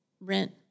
rent